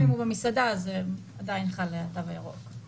גם אם הוא במסעדה אז זה עדיין חל התו הירוק.